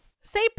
Say